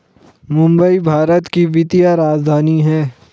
मुंबई भारत की वित्तीय राजधानी है